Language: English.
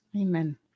Amen